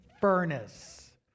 furnace